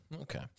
okay